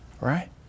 right